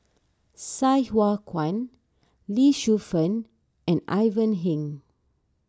Sai Hua Kuan Lee Shu Fen and Ivan Heng